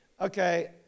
okay